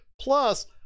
Plus